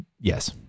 yes